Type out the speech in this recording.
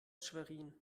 schwerin